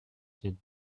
did